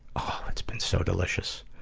oh it's been so delicious.